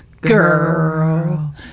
Girl